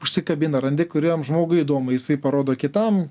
užsikabina randi kuriam žmogui įdomu jisai parodo kitam